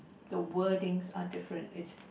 the wordings are different it's